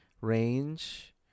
range